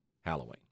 Halloween